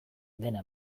dena